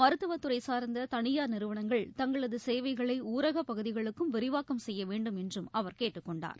மருத்துவத் துறைசார்ந்ததனியார் நிறுவனங்கள் தங்களதுசேவைகளைஊரகப் பகுதிகளுக்கும் விரிவாக்கம் செய்யவேண்டும் என்றும் அவர் கேட்டுக் கொண்டார்